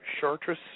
Chartres